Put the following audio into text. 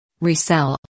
Resell